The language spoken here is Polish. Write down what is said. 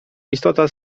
istota